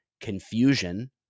confusion